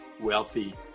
wealthy